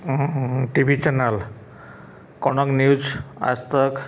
ଟି V channel Kanak news Aaj ତକ୍